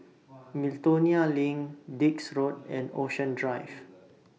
Miltonia LINK Dix Road and Ocean Drive